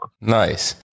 Nice